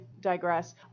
digress